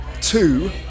two